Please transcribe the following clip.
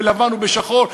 בלבן או בשחור,